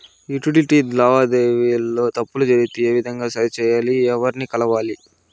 Utility లావాదేవీల లో తప్పులు జరిగితే ఏ విధంగా సరిచెయ్యాలి? ఎవర్ని కలవాలి?